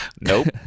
Nope